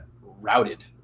routed